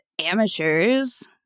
amateurs